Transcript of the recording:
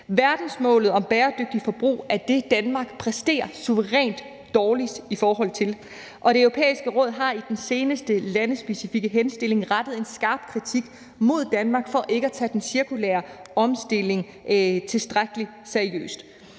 Verdensmålet om bæredygtigt forbrug er det, Danmark præsterer suverænt dårligst i forhold til. Og Det Europæiske Råd har i den seneste landespecifikke henstilling rettet en skarp kritik mod Danmark for ikke at tage den cirkulære omstilling tilstrækkelig seriøst.